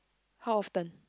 how often